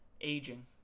Aging